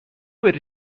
بری